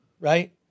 Right